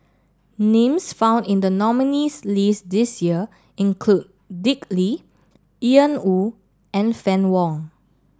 names found in the nominees' list this year include Dick Lee Woo and Fann Wong